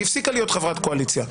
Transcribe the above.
והיא הפסיקה להיות חברת קואליציה.